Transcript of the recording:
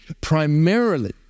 primarily